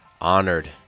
honored